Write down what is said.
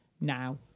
now